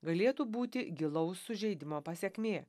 galėtų būti gilaus sužeidimo pasekmė